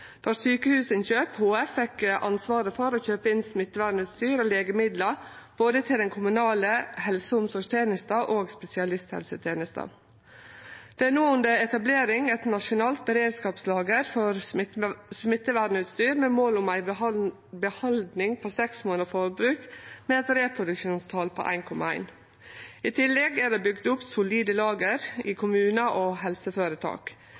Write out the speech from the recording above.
HF fekk ansvaret for å kjøpe inn smittevernutstyr og legemiddel til både den kommunale helse- og omsorgstenesta og spesialisthelsetenesta. Det er no under etablering eit nasjonalt beredskapslager for smittevernutstyr med mål om ei behaldning på seks månaders forbruk med eit reproduksjonstal på 1,1. I tillegg er det bygd opp solide lager i kommunar og helseføretak.